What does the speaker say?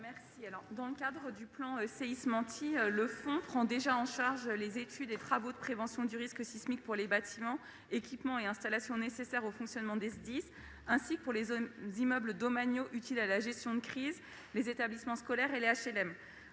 Dans le cadre du plan Séisme Antilles, le fonds prend déjà en charge les études et travaux de prévention du risque sismique pour les bâtiments, équipements et installations nécessaires au fonctionnement des services départementaux d'incendie et de secours (SDIS), ainsi que pour les immeubles domaniaux utiles à la gestion de crise, les établissements scolaires et les HLM.